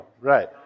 Right